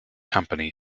company